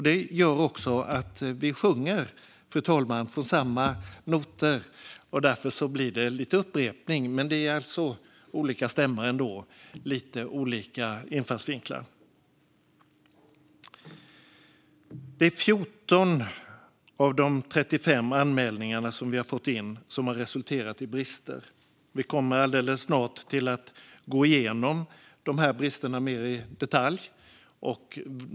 Detta gör också att vi så att säga sjunger från samma noter, och därför blir det lite upprepningar. Men det är alltså olika stämmor ändå och lite olika infallsvinklar. 14 av de 35 anmälningar som vi har fått in har resulterat i att vi konstaterat brister. Vi kommer snart att gå igenom bristerna mer i detalj.